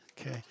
Okay